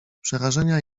przerażenia